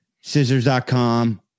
scissors.com